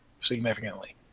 significantly